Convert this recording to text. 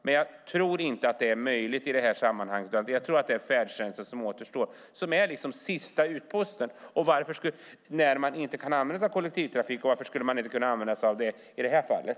Men jag tror inte att det är möjligt i det här sammanhanget. Jag tror att det är färdtjänsten som återstår. Det är sista utposten. När man inte kan använda sig av kollektivtrafik, varför skulle man inte kunna använda sig av det i det här fallet?